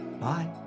Bye